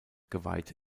geweiht